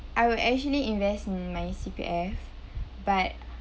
I will actually invest in my C_P_F but